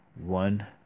one